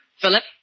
Philip